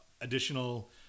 additional